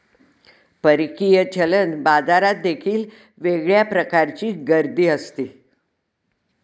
परकीय चलन बाजारात देखील वेगळ्या प्रकारची गर्दी असते